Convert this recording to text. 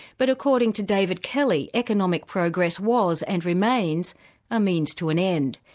but according to david kelly, economic progress was and remains a means to an end.